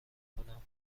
کنم